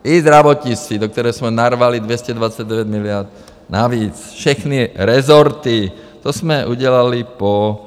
I zdravotnictví, do které jsme narvali 229 miliard navíc, všechny resorty, to jsme udělali po...